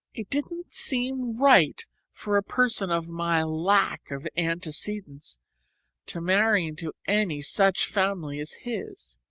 it didn't seem right for a person of my lack of antecedents to marry into any such family as his.